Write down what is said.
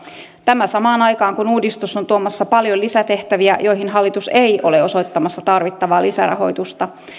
tämä samaan aikaan kun uudistus on tuomassa paljon lisätehtäviä joihin hallitus ei ole osoittamassa tarvittavaa lisärahoitusta